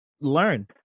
Learn